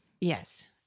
Yes